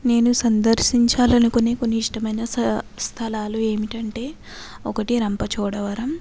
నేను సందర్శించాలనుకునే కొన్ని ఇష్టమైన స్థలా స్థలాలు ఏమిటంటే ఒకటి రంపచోడవరం